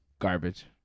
Garbage